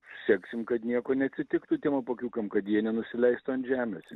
seksim kad nieko neatsitiktų tiem apuokiukam kad jie nenusileistų ant žemės